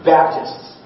Baptists